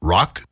Rock